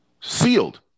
sealed